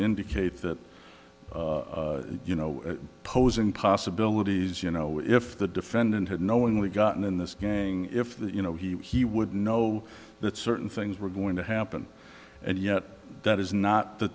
indicate that you know posing possibilities you know if the defendant had knowingly gotten in this gang if you know he would know that certain things were going to happen and yet that is not the